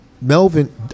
Melvin